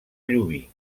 llubí